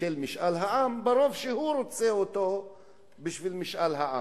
של משאל העם ברוב שהוא רוצה אותו בשביל משאל העם.